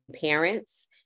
parents